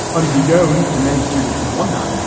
unbeknown to many students and alumni,